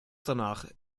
danach